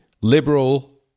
liberal